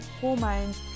hormones